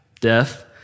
death